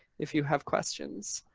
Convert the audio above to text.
if you have questions.